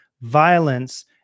violence